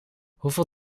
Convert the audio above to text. hoeveel